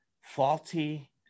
faulty